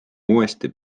uuesti